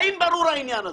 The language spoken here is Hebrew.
האם ברור העניין הזה?